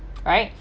right